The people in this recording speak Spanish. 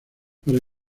para